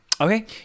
Okay